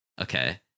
Okay